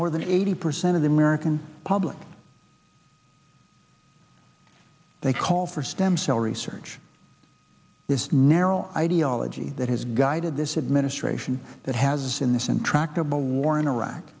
more than eighty percent of the american public they call for stem cell research this narrow ideology that has guided the administration that has in